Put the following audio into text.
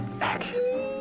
Action